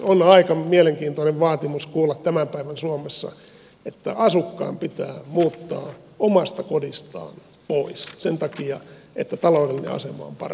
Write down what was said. on aika mielenkiintoinen vaatimus kuulla tämän päivän suomessa että asukkaan pitää muuttaa omasta kodistaan pois sen takia että taloudellinen asema on parantunut